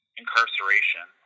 incarceration